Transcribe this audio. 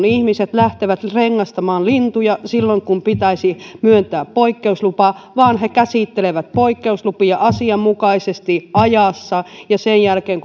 ihmiset lähtevät rengastamaan lintuja silloin kun pitäisi myöntää poikkeuslupa vaan he käsittelevät poikkeusluvan asianmukaisesti ajassa ja sen jälkeen